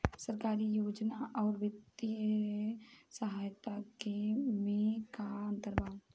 सरकारी योजना आउर वित्तीय सहायता के में का अंतर बा?